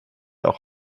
auch